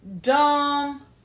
dumb